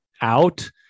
out